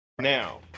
Now